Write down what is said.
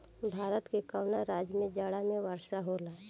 भारत के कवना राज्य में जाड़ा में वर्षा होला?